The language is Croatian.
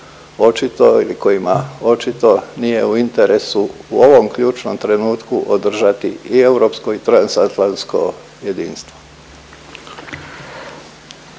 očito ili kojima očito nije u interesu u ovom ključnom trenutku održati i europsko i transatlantsko jedinstvo.